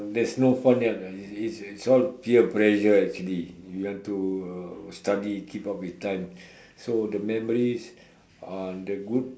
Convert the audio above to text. there's no fun young ah it's it's all peer pressure actually if you want to study keep up with times so the memories on the good